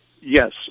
Yes